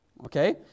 Okay